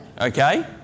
okay